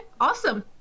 Awesome